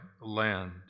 land